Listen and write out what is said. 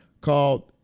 called